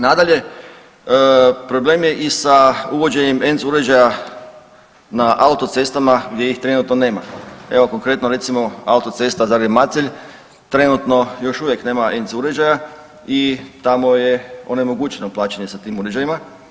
Nadalje, problem je i sa uvođenjem ENC uređaja na autocestama gdje ih trenutno nema, evo konkretno recimo autocesta Zagreb – Macelj trenutno još uvijek nema ENC uređaja i tamo je onemogućeno plaćanje sa tim uređajima.